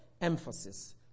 emphasis